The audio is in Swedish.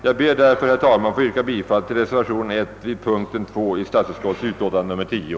Jag ber därför, herr talman, att få yrka bifall till reservationen 1 vid punkten 2 i statsutskottets utlåtande nr 10.